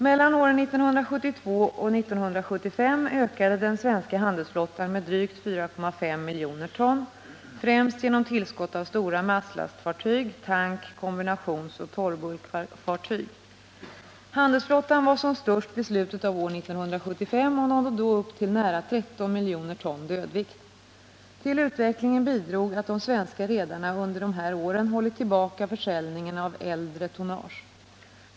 Mellan åren 1972 och 1975 ökade den svenska handelsflottan med drygt 4,5 miljoner ton, främst genom tillskott av stora masslastfartyg, tank-, kombinationsoch torrbulkfartyg. Handelsflottan var som störst vid slutet av år 1975 och nådde då upp till nära 13 miljoner ton dödvikt. Till utvecklingen bidrog att de svenska redarna under de här åren hållit tillbaka försäljningen av äldre tonnage.